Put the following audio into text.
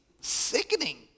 sickening